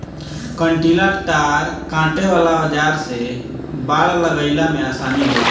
कंटीला तार काटे वाला औज़ार से बाड़ लगईले में आसानी होला